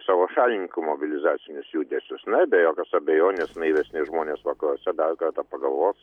savo šalininkų mobilizacinius judesius na be jokios abejonės naivesni žmonės vakaruose dar kartą pagalvos